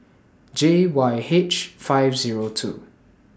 J Y H five Zero two